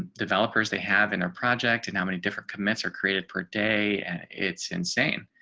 developers, they have in our project. and how many different commits are created per day and it's insane.